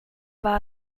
war